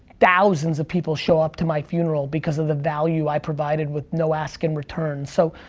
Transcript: thousands of people show up to my funeral because of the value i provided with no ask in return. so,